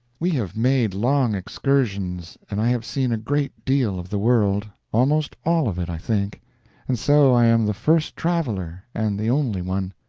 we have made long excursions, and i have seen a great deal of the world almost all of it, i think and so i am the first traveler, and the only one.